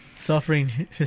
Suffering